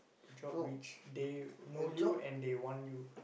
job which they know you and they want you